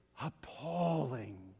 appalling